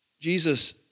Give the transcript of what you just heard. Jesus